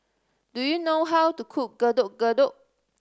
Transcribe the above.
do you know how to cook Getuk Getuk